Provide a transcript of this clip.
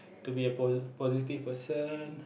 to be a pos~ positive person